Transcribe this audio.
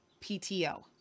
PTO